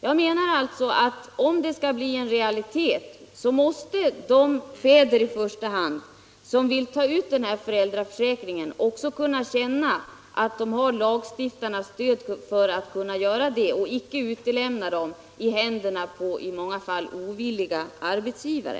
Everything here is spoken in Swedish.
Jag menar att om det som föreslås skall bli en realitet måste i första hand de fäder som vill ta ut föräldraförsäkringen också kunna känna att de har lagstiftarnas stöd för det och att de inte är lämnade i händerna på i många fall ovilliga arbetsgivare.